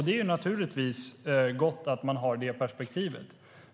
Det är naturligtvis gott att man har det perspektivet.